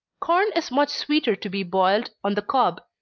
corn is much sweeter to be boiled on the cob.